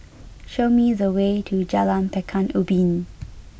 show me the way to Jalan Pekan Ubin